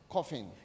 Coffin